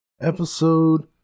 Episode